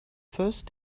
first